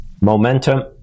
Momentum